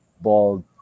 bald